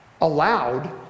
allowed